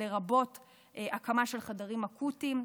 לרבות הקמה של חדרים אקוטיים,